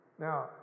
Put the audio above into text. Now